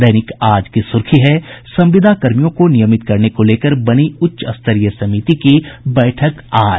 दैनिक आज की सुर्खी है संविदाकर्मियों को नियमित करने को लेकर बनी उच्चस्तरीय समिति की बैठक आज